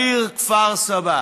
העיר כפר סבא.